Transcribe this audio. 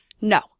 No